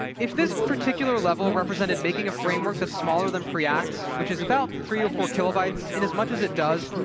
if this particular level represented making a framework that's smaller than preact, which is about three or four kilobytes, in as much as it does,